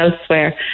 elsewhere